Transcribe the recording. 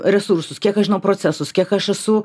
resursus kiek aš žinau procesus kiek aš esu